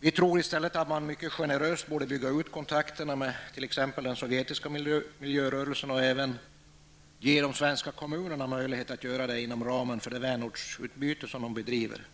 Vi tycker i stället att man mycket generöst borde bygga ut kontakterna med t.ex. den sovjetiska miljörörelsen och att man även borde ge kommunerna möjlighet att göra detta inom ramen för det vänortsutbyte som de bedriver.